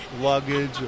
luggage